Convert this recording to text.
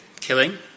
killing